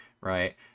Right